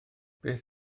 beth